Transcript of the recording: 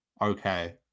Okay